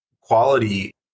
quality